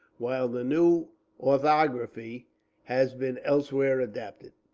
while the new orthography has been elsewhere adopted.